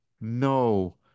No